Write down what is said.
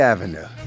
Avenue